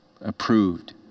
approved